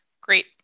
great